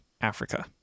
Africa